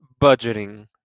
budgeting